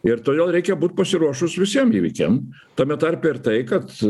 ir todėl reikia būt pasiruošus visiem įvykiam tame tarpe ir tai kad